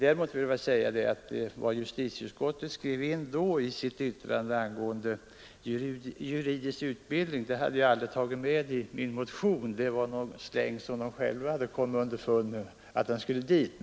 Däremot vill jag säga att vad justitieutskottet skrev in i sitt yttrande angående juridisk utbildning hade jag aldrig tagit med i min motion — att man skulle sätta dit den ”slängen” hade man inom justitieutskottet själv kommit underfund med.